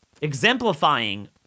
exemplifying